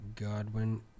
Godwin